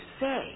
say